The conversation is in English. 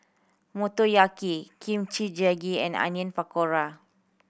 Motoyaki Kimchi Jjigae and Onion Pakora